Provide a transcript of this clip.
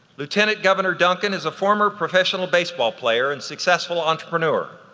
lieutenant governor duncan is a former professional baseball player and successful entrepreneur.